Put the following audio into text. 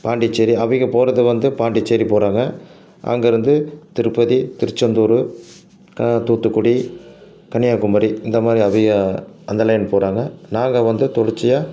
பாண்டிச்சேரி அவிங்க போகிறது வந்து பாண்டிச்சேரி போகிறாங்க அங்கேருந்து திருப்பதி திருச்செந்தூர் தூத்துக்குடி கன்னியாகுமரி இந்த மாதிரி அவிங்க அந்த லைன் போகிறாங்க நாங்கள் வந்து தொடர்ச்சியாக